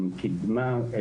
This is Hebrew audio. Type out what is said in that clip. קידמה.